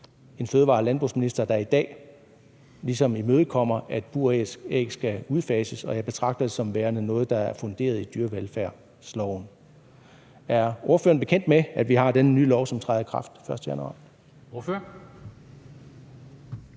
en fødevare- og landbrugsminister, der i dag ligesom imødekommer, at buræg skal udfases, og jeg betragter det som værende noget, der er funderet i dyrevelfærdsloven. Er ordføreren bekendt med, at vi har den nye lov, som træder i kraft den 1. januar?